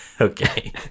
Okay